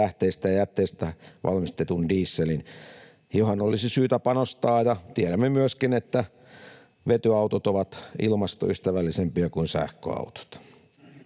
tähteistä ja jätteistä valmistetun dieselin, johon olisi syytä panostaa. Ja tiedämme myöskin, että vetyautot ovat ilmastoystävällisempiä kuin sähköautot.